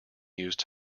used